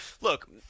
look